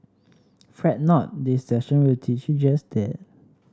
fret not this session will teach you just that